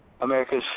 America's